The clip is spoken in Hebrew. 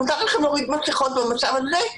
ומותר לכם להוריד מסכות במצב הזה,